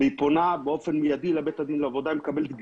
היא פונה באופן מידי לבית הדין לעבודה ומקבלת קדימות,